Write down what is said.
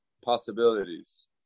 possibilities